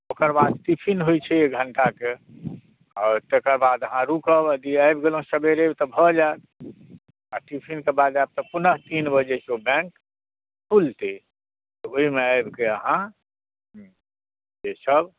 ओकर बाद टिफिन होइत छै एक घण्टाके आओर तकर बाद अहाँ रुकब जँ आबि गेलहुँ सबेरे तऽ भऽ जायत आ टिफिनके बाद आयब तऽ पुन तीन बजेसँ बैंक खुलतै तऽ ओहिमे आबि कऽ अहाँ से सभ